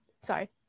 Sorry